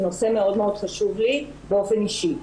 נושא שמאוד-מאוד חשוב לי באופן אישי.